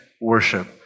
worship